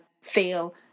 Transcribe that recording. feel